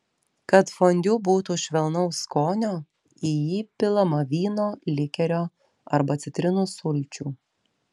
kad fondiu būtų švelnaus skonio į jį pilama vyno likerio arba citrinų sulčių